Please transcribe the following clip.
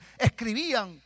escribían